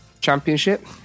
championship